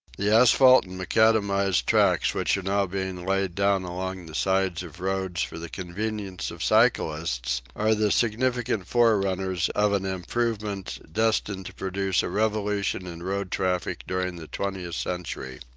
the asphalt and macadamised tracks which are now being laid down along the sides of roads for the convenience of cyclists, are the significant forerunners of an improvement destined to produce a revolution in road traffic during the twentieth century.